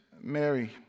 Mary